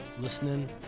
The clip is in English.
listening